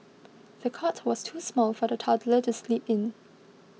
the cot was too small for the toddler to sleep in